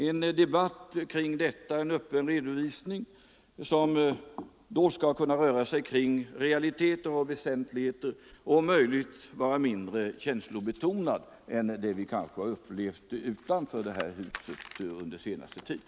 En sådan öppen redovisning och en debatt i anslutning härtill skall kunna gälla realiteter och väsentligheter och om möjligt vara mindre känslobetonade än vad vi upplevt utanför detta hus under den senaste tiden.